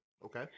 Okay